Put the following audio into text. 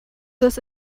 this